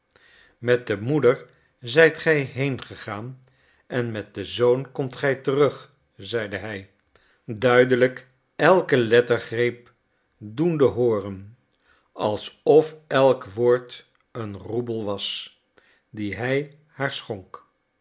met de moeder zijt gij heengegaan en met den zoon komt gij terug zeide hij duidelijk elke lettergreep doende hooren alsof elk woord een roebel was dien hij haar schonk